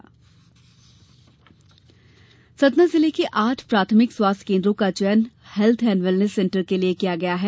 wellness centre Satna जिले के आठ प्राथमिक स्वास्थ्य केंद्रो का चयन हेल्थ एण्ड वेलनेस सेंटर के लिये किया गया है